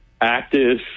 active